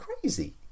crazy